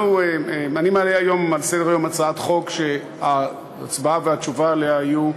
אני מעלה היום על סדר-היום הצעת חוק שההצבעה והתשובה עליה יהיו,